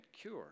cure